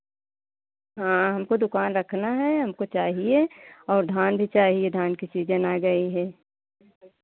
हाँ हमको दुकान रखना है हमको चाहिये और धान भी चाहिये धान की सीजन आ गयी है